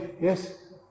yes